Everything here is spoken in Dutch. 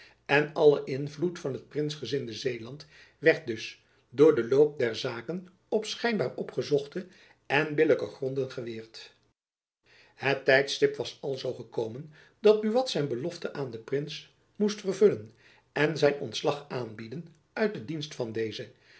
en alle invloed van het prinsgezinde zeeland werd dus door den loop der zaken op schijnbaar ongezochte en billijke gronden geweerd het tijdstip was alzoo gekomen dat buat zijn belofte aan den prins moest vervullen en zijn ontslag aanbieden uit de dienst van dezen